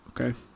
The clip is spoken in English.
Okay